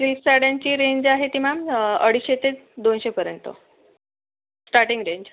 silk साड्यांची range आहे ती मॅम अडीचशे ते दोनशेपर्यंत स्टार्टिंग रेंज